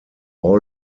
all